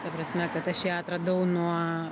ta prasme kad aš ją atradau nuo